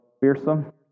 fearsome